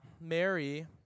Mary